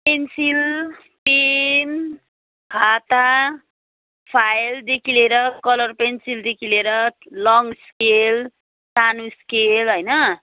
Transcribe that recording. pencil pen खाता फाइलदेखि लिएर कलर पेन्सिलदेखि लिएर लङ स्केल सानो स्केल होइन